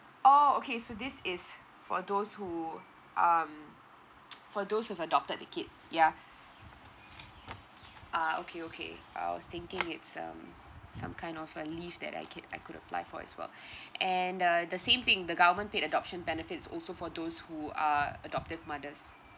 oh okay so this is for those who um for those who've adopted a kid yeah ah okay okay I was thinking it's um some kind of a leave that I can I could apply for as well and uh the same thing the government paid adoption benefit is also for those who are adoptive mothers